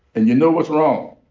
and you know what's wrong.